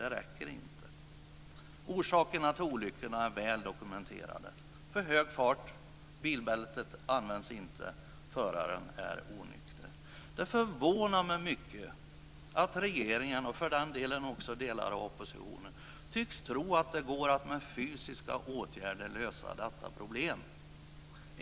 Det räcker alltså inte. Orsakerna till olyckorna är väl dokumenterade: Man håller för hög fart. Bilbältet används inte. Föraren är onykter. Det förvånar mig mycket att regeringen, och för den delen också delar av oppositionen, tycks tro att det går att med fysiska åtgärder lösa detta problem.